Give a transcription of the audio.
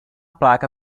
placa